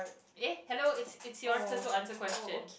eh hello it's it's your turn to answer question